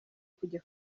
kujya